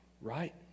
right